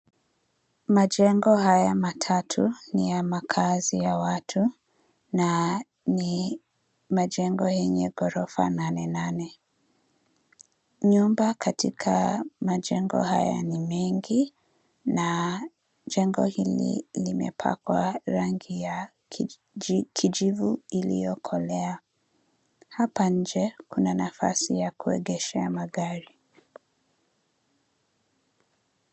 Majengo haya matatu ni ya makaazi ya watu na ni majengo yenye ghorofa nane nane. Nyumba katika majengo haya ni mengi na jengo hili limepakwa rangi ya kijivu iliyokolea. Hapa nje, kuna nafasi ya kuegesha magari.